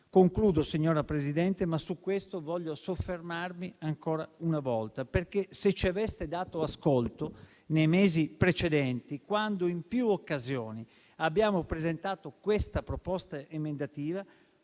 Concludo, signor Presidente, ma su questo voglio soffermarmi ancora una volta. Se ci aveste dato ascolto nei mesi precedenti, quando in più occasioni abbiamo presentato questa proposta emendativa,